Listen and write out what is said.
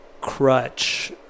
crutch